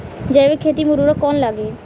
जैविक खेती मे उर्वरक कौन लागी?